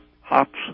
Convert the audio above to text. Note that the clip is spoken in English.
hops